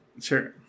Sure